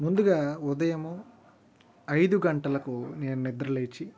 ముందుగా ఉదయము ఐదు గంటలకు నేను నిద్ర లేచి